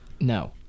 No